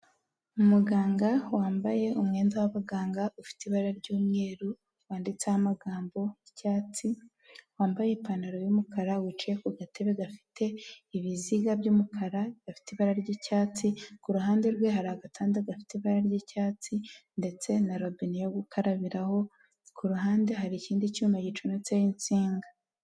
Umuganga wambaye umwenda w'abaganga, ufite ibara ry'umweru, wanditseho amagambo y'icyatsi, wambaye ipantaro y'umukara, wicaye ku gatebe gafite ibiziga by'umukara, gafite ibara ry'icyatsi, ku ruhande rwe, hari agatanda gafite ibara ry'icyatsi ndetse na robine yo gukarabiraho, ku ruhande hari ikindi cyuma gicometseho insinga.